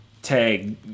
Tag